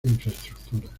infraestructura